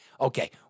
Okay